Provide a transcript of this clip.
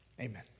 Amen